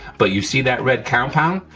but you see that red compound,